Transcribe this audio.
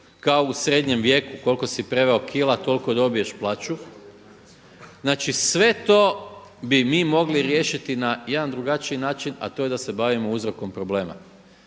kao u srednjem vijeku koliko si preveo kila, toliko dobiješ plaću. Znači sve to bi mi mogli riješiti na jedan drugačiji način a to je da se bavimo uzrokom problema.